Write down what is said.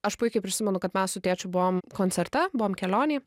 aš puikiai prisimenu kad mes su tėčiu buvom koncerte buvom kelionėj